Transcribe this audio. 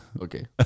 Okay